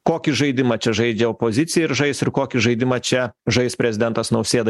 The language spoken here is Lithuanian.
kokį žaidimą čia žaidžia opozicija ir žais ir kokį žaidimą čia žais prezidentas nausėda